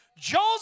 Joseph